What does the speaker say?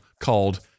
called